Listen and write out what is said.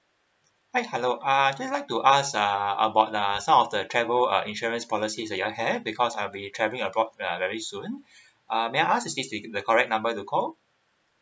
hi hello uh just want to ask uh about uh some of the travel uh insurance policies that your have because I'll be travelling abroad uh very soon uh may I ask is it the correct number to call